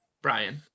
Brian